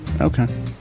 Okay